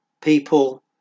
People